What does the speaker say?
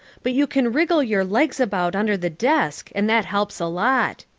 but you can wriggle your legs about under the desk and that helps a lot.